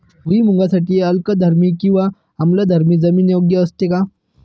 भुईमूगासाठी अल्कधर्मी किंवा आम्लधर्मी जमीन योग्य असते का?